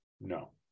no